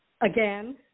Again